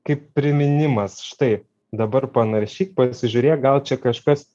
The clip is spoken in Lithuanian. kaip priminimas štai dabar panaršyk pasižiūrėk gal čia kažkas